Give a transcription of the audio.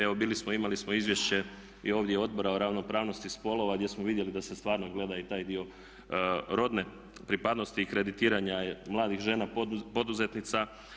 Evo bili smo, imali smo izvješće i ovdje Odbora o ravnopravnosti spolova gdje smo vidjeli da se stvarno gleda i taj dio rodne pripadnosti i kreditiranja mladih žena poduzetnica.